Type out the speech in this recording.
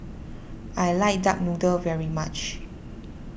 I like Duck Noodle very much